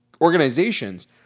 organizations